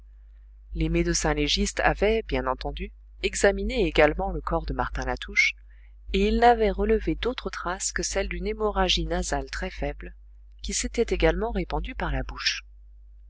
les médecins légistes avaient bien entendu examiné également le corps de martin latouche et ils n'avaient relevé d'autres traces que celle d'une hémorragie nasale très faible qui s'était également répandue par la bouche